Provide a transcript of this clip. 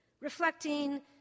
reflecting